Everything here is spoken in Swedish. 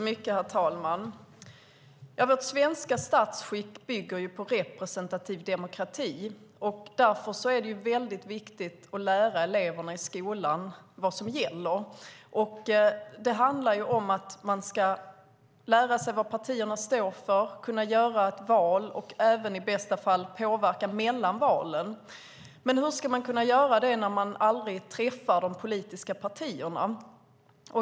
Herr talman! Vårt svenska statsskick bygger på representativ demokrati. Därför är det mycket viktigt att lära eleverna i skolan vad som gäller. Det handlar om att man ska lära sig vad partierna står för, om att kunna göra ett val och, i bästa fall, även om att påverka mellan valen. Men hur ska man kunna göra det när man aldrig träffar de politiska partierna?